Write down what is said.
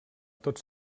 tot